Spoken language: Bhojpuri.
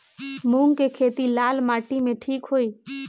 मूंग के खेती लाल माटी मे ठिक होई?